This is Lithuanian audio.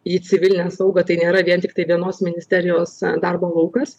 į civilinę saugą tai nėra vien tiktai vienos ministerijos darbo laukas